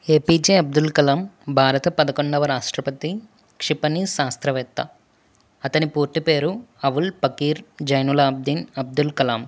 APJ Abdul Kalam భారత పదకొండవ రాష్ట్రపతి క్షిపణి శాస్త్రవేత్త అతని పూర్తి పేరు అవుల్ పకీర్ జైనులబ్దీన్ అబ్దుల్ కలామ్